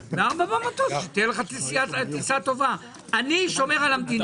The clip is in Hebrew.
אני שומר על המדינה.